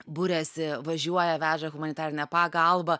buriasi važiuoja veža humanitarinę pagalbą